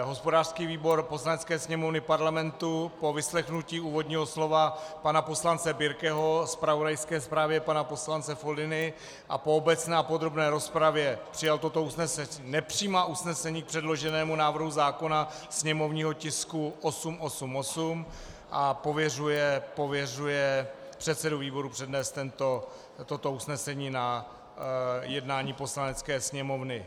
Hospodářský výbor Poslanecké sněmovny Parlamentu po vyslechnutí úvodního slova pana poslance Birkeho, zpravodajské zprávě pana poslance Foldyny a po obecné a podrobné rozpravě přijal toto usnesení: Nepřijímá usnesení k předloženému návrhu zákona sněmovního tisku 888 a pověřuje předsedu výboru přednést toto usnesení na jednání Poslanecké sněmovny.